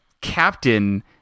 Captain